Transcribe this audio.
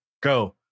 go